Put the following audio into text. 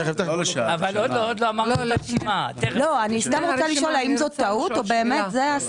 האם זאת טעות או באמת זה השכר?